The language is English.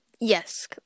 Yes